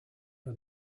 for